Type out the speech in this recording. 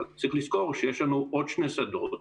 אבל צריך לזכור שיש לנו עוד שני שדות,